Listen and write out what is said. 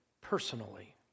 personally